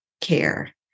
care